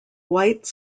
white